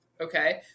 Okay